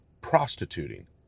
prostituting